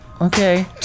Okay